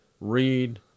Read